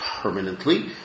permanently